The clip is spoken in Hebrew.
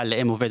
המס,